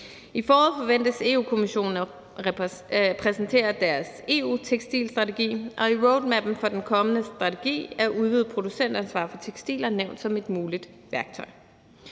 I foråret forventes Europa-Kommissionen at præsentere deres EU-tekstilstrategi, og i roadmappen for den kommende strategi er udvidet producentansvar for tekstiler nævnt som et muligt værktøj.